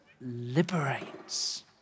liberates